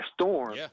storm